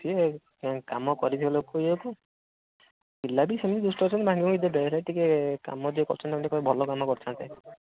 କିଏ କାମ କରିଥିବା ଲୋକ ଇଏକୁ ପିଲା ବି ସେମିତି ଦୁଷ୍ଟ ଅଛନ୍ତି ଭାଙ୍ଗି ଭୁଙ୍ଗି ଦେବେ ହେଲେ ଟିକେ କାମ ଯିଏ କରିଛନ୍ତି ତାଙ୍କୁ ଟିକେ କହିବେ ଭଲ କାମ କରିଥାନ୍ତେ